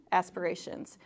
aspirations